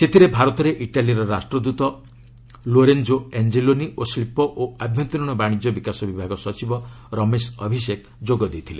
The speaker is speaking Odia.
ସେଥିରେ ଭାରତରେ ଇଟାଲୀର ରାଷ୍ଟ୍ରଦତ ଲୋରେଞ୍ଜୋ ଆଞ୍ଜେଲୋନୀ ଓ ଶିଳ୍ପ ଓ ଆଭ୍ୟନ୍ତରୀଣ ବାଶିଜ୍ୟ ବିକାଶ ବିଭାଗ ସଚିବ ରମେଶ ଅଭିଷେକ ଯୋଗ ଦେଇଥିଲେ